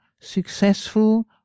successful